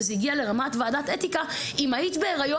וזה הגיע לרמת ועדת האתיקה: "אם היית בהריון